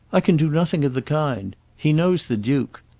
i can do nothing of the kind. he knows the duke.